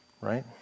Right